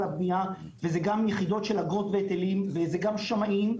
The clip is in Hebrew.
הבנייה וזה גם יחידות של אגרות והיטלים וזה גם שמאים,